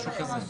משהו כזה.